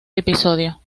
episodio